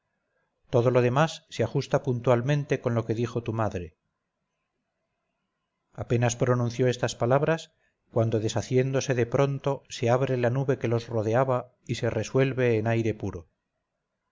todo lo demás se ajusta puntualmente con lo que dijo tu madre apenas pronunció estas palabras cuando deshaciéndose de pronto se abre la nube que los rodeaba y se resuelve en aire puro